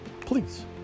Please